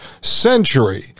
century